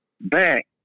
back